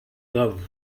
love